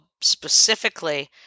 specifically